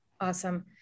Awesome